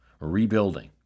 rebuilding